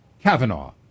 Kavanaugh